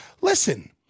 Listen